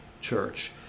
church